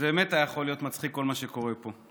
זה באמת יכול להיות מצחיק, כל מה שקורה פה.